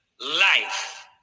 life